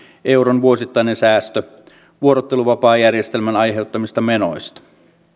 euron vuosittainen säästö vuorotteluvapaajärjestelmän aiheuttamista menoista